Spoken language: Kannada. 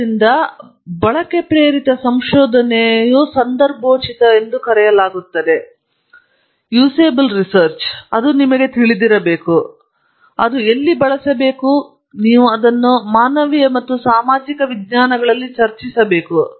ಆದ್ದರಿಂದ ಇದನ್ನು ಬಳಕೆ ಪ್ರೇರಿತ ಸಂಶೋಧನೆಯ ಸಂದರ್ಭವೆಂದು ಕರೆಯಲಾಗುತ್ತದೆ ಅದು ನಿಮಗೆ ತಿಳಿದಿರಬೇಕು ಅದನ್ನು ಎಲ್ಲಿ ಬಳಸಬೇಕು ಮತ್ತು ನೀವು ಅದನ್ನು ಮಾನವೀಯ ಮತ್ತು ಸಾಮಾಜಿಕ ವಿಜ್ಞಾನಗಳಲ್ಲಿ ಚರ್ಚಿಸಬೇಕು